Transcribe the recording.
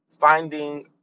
finding